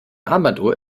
armbanduhr